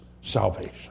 salvation